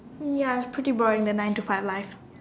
mm ya it is pretty boring the nine to five life